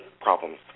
problems